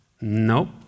Nope